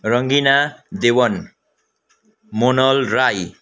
Rangina Dewan Monal Rai